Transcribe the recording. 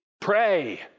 Pray